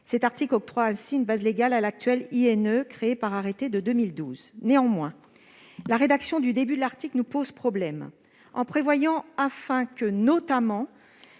Cet article octroie ainsi une base légale à l'actuel INE, créé par arrêté en 2012. Néanmoins, la rédaction du début de l'article nous pose problème. Un identifiant